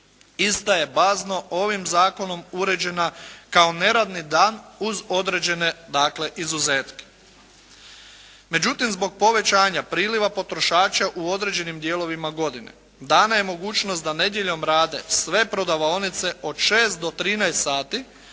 ista je bazno ovim zakonom uređena kao neradni dan uz određene dakle izuzetke. Međutim zbog povećanja priliva potrošača u određenim dijelovima godine dana je mogućnost da nedjeljom rade sve prodavaonice od 6 do 13 sati